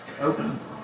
opens